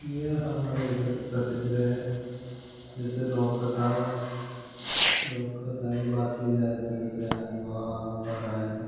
ये हमारे इधर प्रसिद्ध है जैसे लोककथा लोककथा की बात की जाए तो जैसे माँ परायण